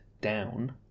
down